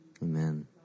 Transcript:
Amen